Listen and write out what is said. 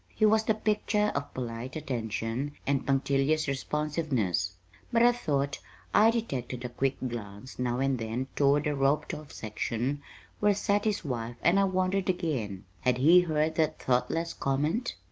he was the picture of polite attention and punctilious responsiveness but i thought i detected a quick glance now and then toward the roped-off section where sat his wife and i wondered again had he heard that thoughtless comment?